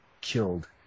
killed